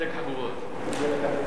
להדק חגורות.